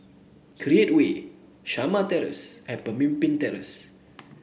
Create Way Shamah Terrace and Pemimpin Terrace